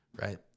right